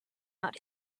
out